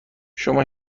شما